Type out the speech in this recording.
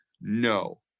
no